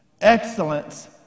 Excellence